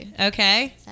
Okay